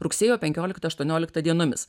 rugsėjo penkioliktą aštuonioliktą dienomis